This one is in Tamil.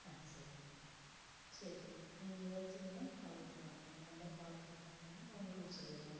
ஆ சரிங்க சரிங்க நீங்கள் எதாச்சும் இதுன்னால் கால் பண்ணலாம் அந்த நம்பருக்கு கால் பண்ணிங்கன்னால் அவங்க ரூட் சொல்லிடுவாங்க